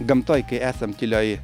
gamtoje kai esam tylioj